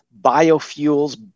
biofuels